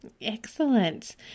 Excellent